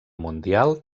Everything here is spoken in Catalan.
mundial